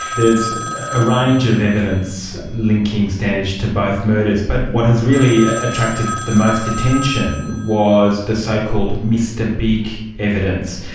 there's a range of evidence linking standage to both murders, but what has really attracted the most attention was the so-called mr big evidence.